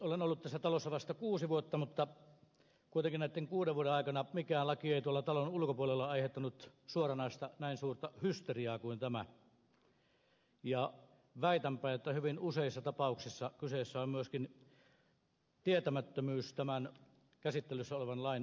olen ollut tässä talossa vasta kuusi vuotta mutta kuitenkaan näitten kuuden vuoden aikana mikään laki ei tuolla talon ulkopuolella aiheuttanut näin suurta suoranaista hysteriaa kuin tämä ja väitänpä että hyvin useissa tapauksissa kyseessä on myöskin tietämättömyys tämän käsittelyssä olevan lain sisällöstä